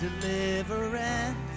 Deliverance